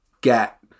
get